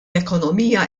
ekonomija